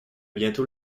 bientôt